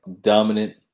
dominant